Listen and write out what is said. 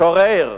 משורר,